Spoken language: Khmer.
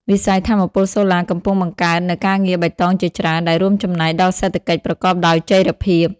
វិស័យថាមពលសូឡាកំពុងបង្កើតនូវការងារបៃតងជាច្រើន ដែលរួមចំណែកដល់សេដ្ឋកិច្ចប្រកបដោយចីរភាព។